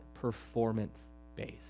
performance-based